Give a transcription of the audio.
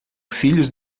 filhos